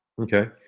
Okay